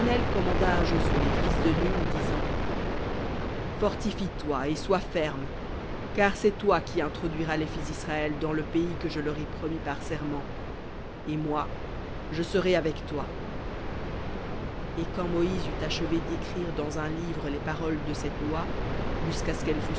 commanda à josué fils de nun disant fortifie toi et sois ferme car c'est toi qui introduiras les fils d'israël dans le pays que je leur ai promis par serment et moi je serai avec toi et quand moïse eut achevé d'écrire dans un livre les paroles de cette loi jusqu'à ce qu'elles